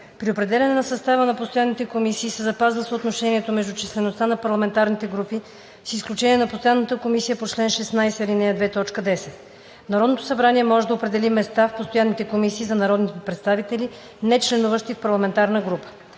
При определяне на състава на постоянните комисии се запазва съотношението между числеността на парламентарните групи с изключение на постоянната комисия по чл. 16, ал. 2, т. 10. Народното събрание може да определи места в постоянните комисии за народните представители, нечленуващи в парламентарна група.